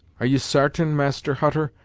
are you sartain, master hutter,